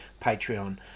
Patreon